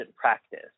practice